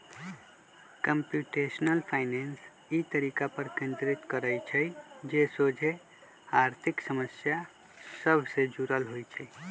computational finance इ तरीका पर केन्द्रित करइ छइ जे सोझे आर्थिक समस्या सभ से जुड़ल होइ छइ